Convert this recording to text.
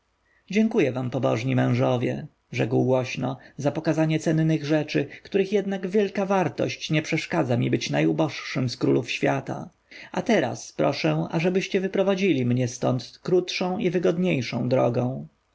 dziękuję wam pobożni mężowie rzekł głośno za pokazanie cennych rzeczy których jednak wielka wartość nie przeszkadza mi być najuboższym z królów świata a teraz proszę ażebyście mnie wyprowadzili stąd krótszą i wygodniejszą drogą